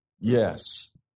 Yes